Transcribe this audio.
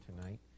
tonight